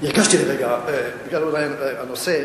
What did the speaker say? הרגשתי לרגע, אולי בגלל הנושא,